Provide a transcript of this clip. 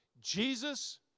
Jesus